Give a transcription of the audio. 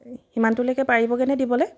ইমানটোলৈকে পাৰিবগৈ নে দিবলৈ